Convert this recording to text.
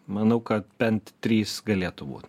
manau kad bent trys galėtų būt